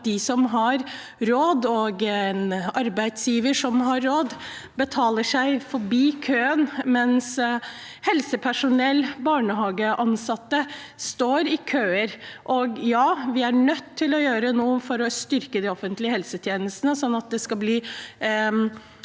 de som har råd, eller en arbeidsgiver som har råd, betaler seg forbi køen, mens helsepersonell og barnehageansatte står i kø. Ja, vi er nødt til å gjøre noe for å styrke de offentlige helsetjenestene, sånn at det skal